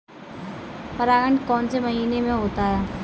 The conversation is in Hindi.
परागण कौन से महीने में होता है?